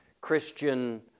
Christian